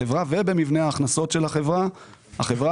החברה